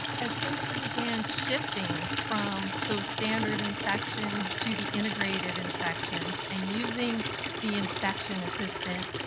as phmsa began shifting from those standard inspections to the integrated inspections and using the inspection assistant,